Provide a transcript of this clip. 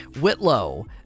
Whitlow